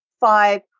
five